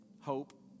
Hope